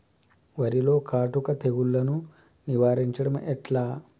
వరిలో కాటుక తెగుళ్లను నివారించడం ఎట్లా?